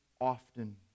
often